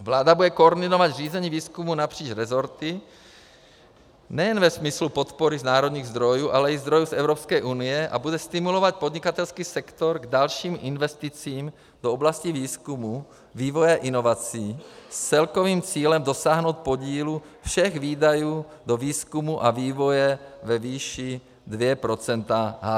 Vláda bude koordinovat řízení výzkumu napříč resorty nejen ve smyslu podpory z národních zdrojů, ale i zdrojů z Evropské unie a bude stimulovat podnikatelský sektor k dalším investicím do oblasti výzkumu, vývoje a inovací s celkovým cílem dosáhnout podílu všech výdajů do výzkumu a vývoje ve výši 2 % HDP.